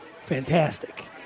fantastic